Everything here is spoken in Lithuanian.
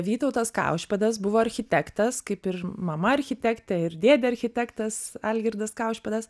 vytautas kaušpėdas buvo architektas kaip ir mama architektė ir dėdė architektas algirdas kaušpėdas